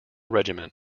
regiment